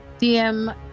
DM